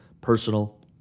Personal